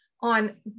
on